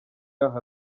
yaho